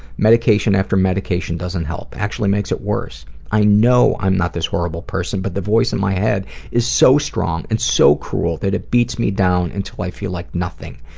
medication after medication doesn't help, actually makes it worse. i know i'm not this horrible person but the voice in my head is so strong and so cruel that it beats me down until i feel like nothing.